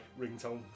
ringtone